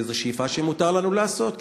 זו שאיפה שמותר לנו לשאוף.